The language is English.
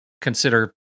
consider